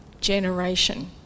generation